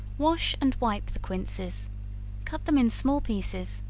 wash and wipe the quinces cut them in small pieces,